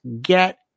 get